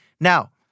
Now